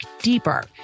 deeper